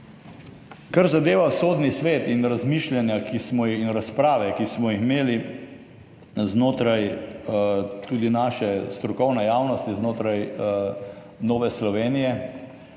Kar zadeva Sodni svet in razmišljanja ter razprave, ki smo jih imeli tudi znotraj naše strokovne javnosti in znotraj Nove Slovenije,